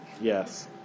Yes